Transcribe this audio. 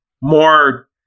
more